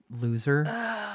loser